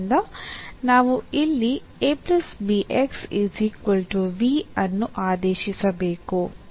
ಆದ್ದರಿಂದ ನಾವು ಇಲ್ಲಿ ಅನ್ನು ಆದೇಶಿಸಬೇಕು